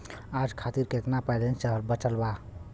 आज खातिर केतना बैलैंस बचल बा?